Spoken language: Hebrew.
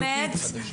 יצרים.